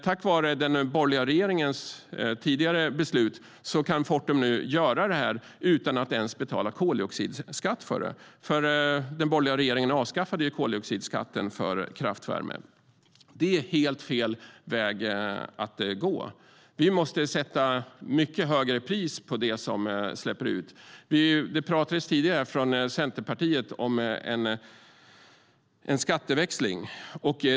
Tack vare den borgerliga regeringens tidigare beslut kan Fortum nu göra det utan att ens betala koldioxidskatt för det. Den borgerliga regeringen avskaffade ju koldioxidskatten för kraftvärme. Det är helt fel väg att gå. Vi måste sätta mycket högre pris på det som släpper ut. Centerpartiet talade tidigare här om en skatteväxling.